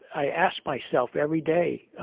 i ask myself every day. ah,